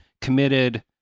committed